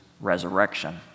resurrection